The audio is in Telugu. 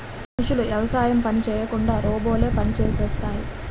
మనుషులు యవసాయం పని చేయకుండా రోబోలే పనులు చేసేస్తాయి